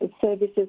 services